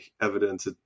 evidence